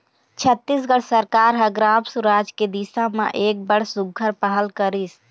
छत्तीसगढ़ सरकार ह ग्राम सुराज के दिसा म एक बड़ सुग्घर पहल करिस